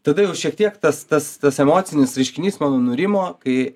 tada jau šiek tiek tas tas tas emocinis reiškinys mano nurimo kai